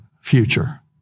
future